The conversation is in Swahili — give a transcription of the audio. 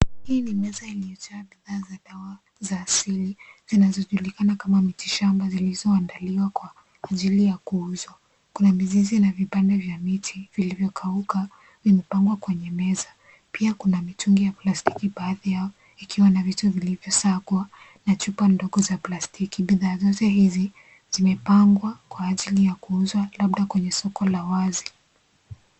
Hii ni meza iliyojaa bidhaa mingi za asili zinazojulikana kama miti shamba zilizoandaliwa kwa ajili ya kuhuza, kuna mizizi na vipande vya mti vilivyokauka vimepangwa kwenye meza, pia kuna mitungi na stakabadhi yao ikiwa vitu vilivyosakwa na chupa ndogo za plastiki, bidhaa zote hizi zimepangwa kwa ajili ya kuuza labda kwenye soko la wazi.